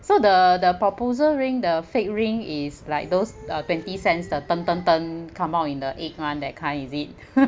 so the the proposal ring the fake ring is like those uh twenty cents the turn turn turn come out in the egg [one] that kind is it